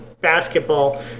basketball